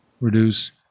reduce